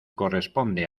corresponde